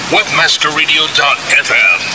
WebmasterRadio.fm